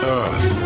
earth